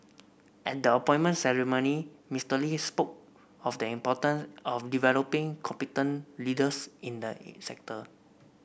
at the appointment ceremony Mister Lee spoke of the important of developing competent leaders in the in sector